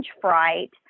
fright